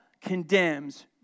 condemns